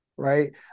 Right